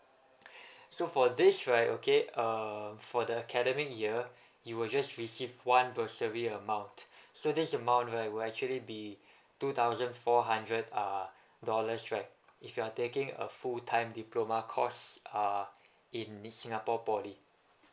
so for this right okay um for the academic year you will just receive one bursary amount so this amount right will actually be two thousand four hundred uh dollars right if you're taking a full time diploma course uh in in singapore poly